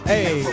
Hey